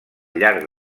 llarg